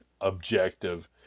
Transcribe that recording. objective